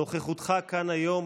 נוכחותך כאן היום,